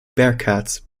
bearcats